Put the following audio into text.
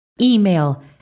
email